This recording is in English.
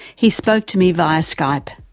he spoke to me via skype.